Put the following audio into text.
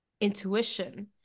intuition